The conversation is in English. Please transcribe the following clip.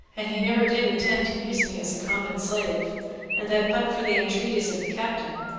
and he never did intend to use me as a common slave and that but for the entreaties of the captain,